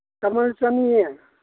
ꯀꯃꯜ ꯆꯅꯤ